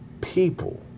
people